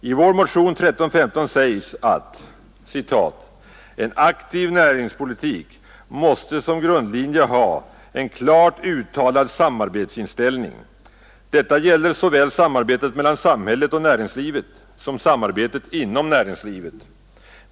I vår motion 1315 sägs det: ”En aktiv näringspolitik måste som en grundlinje ha en klart uttalad samarbetsinställning. Detta gäller såväl samarbetet mellan samhället och näringslivet som samarbetet inom näringslivet.